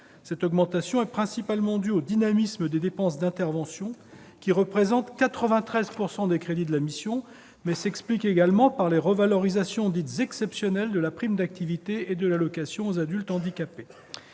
Cette augmentation est principalement due au dynamisme des dépenses d'intervention, qui représentent 93 % des crédits de la mission, mais s'explique également par les revalorisations dites « exceptionnelles » de la prime d'activité et de l'allocation aux adultes handicapés.